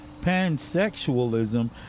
pansexualism